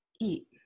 eat